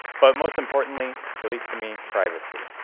but most importantly, at least to me, privacy.